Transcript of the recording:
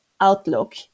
outlook